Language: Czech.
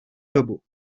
dobu